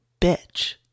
bitch